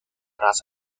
raza